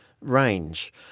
range